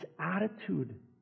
attitude